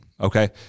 okay